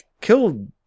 killed